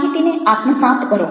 માહિતીને આત્મસાત્ કરો